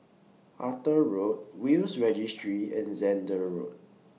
Arthur Road Will's Registry and Zehnder Road